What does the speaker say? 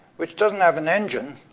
which doesn't have an engine,